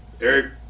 Eric